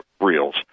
reels